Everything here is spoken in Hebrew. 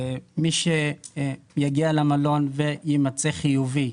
מי שיגיע למלון ויימצא חיובי,